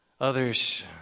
others